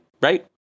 right